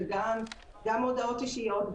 זה גם הודעות אישיות,